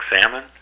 salmon